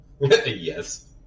Yes